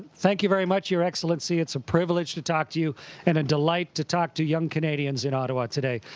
thank you very much, your excellency. it's a privilege to talk to you and a delight to talk to young canadians in ottawa today.